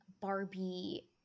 Barbie